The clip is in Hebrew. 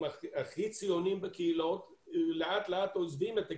הכי ציוניים בקהילות לאט לאט עוזבים את הקהילה,